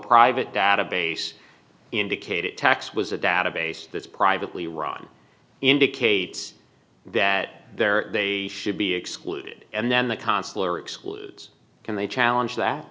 private database indicated tax was a database that's privately run indicates that they're they should be excluded and then the consular excludes can they challenge that